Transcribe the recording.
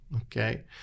okay